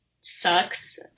sucks